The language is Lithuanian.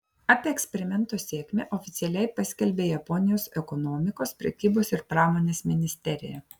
apie eksperimento sėkmę oficialiai paskelbė japonijos ekonomikos prekybos ir pramonės ministerija